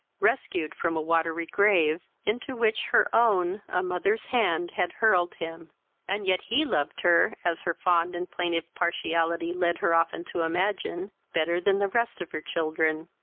rescued from a watery grave, into which her own, a mother's, hand had hurled him and yet he loved her, as her fond and plaintive partiality led her often to imagine, better than the rest of her children.